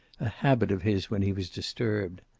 a habit of his when he was disturbed.